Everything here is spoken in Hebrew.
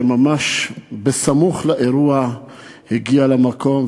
שממש סמוך לאירוע הגיע למקום,